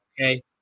Okay